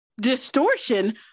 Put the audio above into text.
distortion